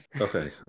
Okay